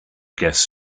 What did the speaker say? guest